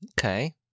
okay